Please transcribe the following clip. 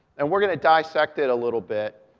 and we're going to dissect it a little bit.